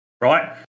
right